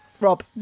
Rob